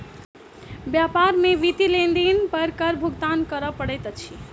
व्यापार में वित्तीय लेन देन पर कर भुगतान करअ पड़ैत अछि